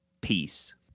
peace